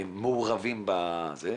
והם מעורבים בזה,